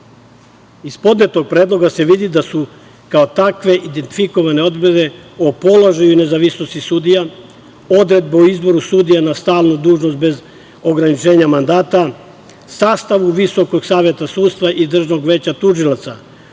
podnetog predloga se vidi da su kao takve identifikovane odredbe o položaju i nezavisnosti sudija, odredbe o izboru sudija na stalnu dužnost bez ograničenja mandata, sastavu VSS i Državnog veća tužilaca